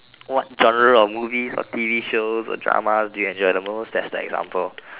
what genre of movies or T_V shows or dramas do you enjoy the most that's the example